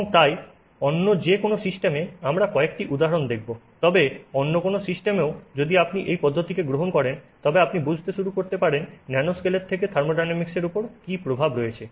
এবং তাই অন্য যে কোনও সিস্টেমে আমরা কয়েকটি উদাহরণ দেখব তবে অন্য কোনও সিস্টেমেও যদি আপনি এই পদ্ধতিকে গ্রহণ করেন তবে আপনি বুঝতে শুরু করতে পারেন ন্যানোস্কেলের থেকে থার্মোডিনামিক্সের উপর কী প্রভাব রয়েছে